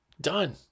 Done